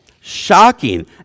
shocking